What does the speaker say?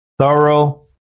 thorough